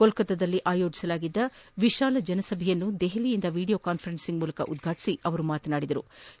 ಕೋಲ್ತತ್ತಾದಲ್ಲಿ ಆಯೋಜಿಸಲಾಗಿದ್ದ ವಿಶಾಲ ಜನಸಭೆಯನ್ನು ದೆಹಲಿಯಿಂದ ವಿಡಿಯೋ ಕಾನ್ದರೆನ್ಸಿಂಗ್ ಮೂಲಕ ಉದ್ಘಾಟಿಸಿ ಅವರು ಮಾತನಾಡಿದರು